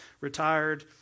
retired